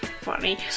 funny